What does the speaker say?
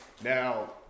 Now